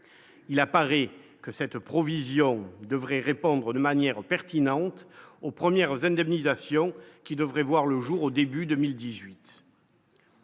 il apparaît que cette provision devrait répondre de manière pertinente aux premières Haendel nisation qui devrait voir le jour au début 2018.